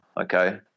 okay